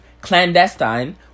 Clandestine